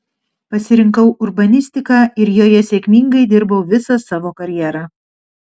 pasirinkau urbanistiką ir joje sėkmingai dirbau visą savo karjerą